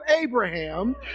Abraham